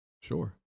sure